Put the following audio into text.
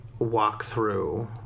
walkthrough